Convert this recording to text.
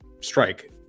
strike